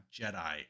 Jedi